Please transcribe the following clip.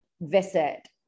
visit